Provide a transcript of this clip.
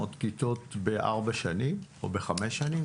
זה יפה מאוד, 600 כיתות ב-4 שנים או ב-5 שנים.